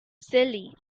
silly